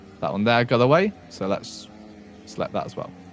that one there got away, so let's select that as well,